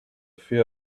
fear